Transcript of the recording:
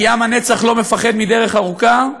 עם הנצח לא מפחד מדרך ארוכה.